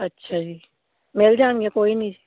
ਅੱਛਾ ਜੀ ਮਿਲ ਜਾਣਗੀਆ ਕੋਈ ਨਹੀਂ